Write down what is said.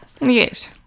Yes